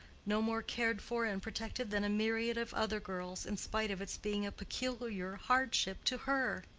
no more cared for and protected than a myriad of other girls, in spite of its being a peculiar hardship to her.